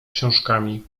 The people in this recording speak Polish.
książkami